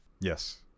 Yes